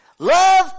Love